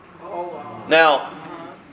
Now